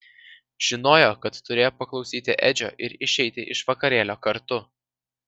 žinojo kad turėjo paklausyti edžio ir išeiti iš vakarėlio kartu